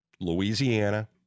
Louisiana